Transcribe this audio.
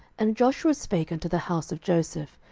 and joshua spake unto the house of joseph,